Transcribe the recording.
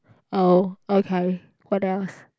oh okay what else